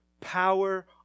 power